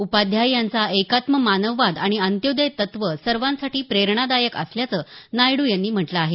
उपाध्याय यांचा एकात्म मानववाद आणि अंत्योदय तत्व सर्वांसाठी प्रेरणादायक असल्याचं नायडू यांनी म्हटलं आहे